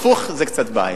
הפוך זה קצת בעיה.